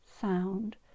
Sound